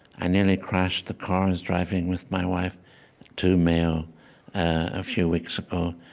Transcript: i nearly crashed the car i was driving with my wife to mayo a few weeks ago,